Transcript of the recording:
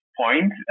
point